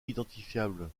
identifiable